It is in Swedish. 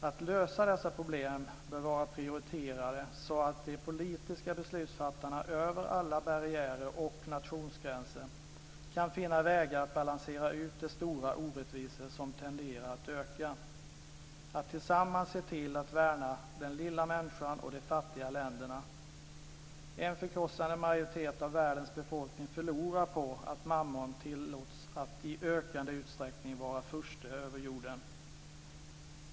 Att lösa dessa problem bör vara prioriterat så att politiska beslutsfattare över alla barriärer och nationsgränser kan finna vägar att balansera ut de stora orättvisor som tenderar att öka. Vi ska tillsammans se till att värna den lilla människan och de fattiga länderna. En förkrossande majoritet av världens befolkning förlorar på att mammon tillåts att i ökande utsträckning vara furste över jorden.